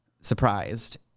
surprised